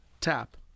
tap